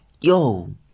yo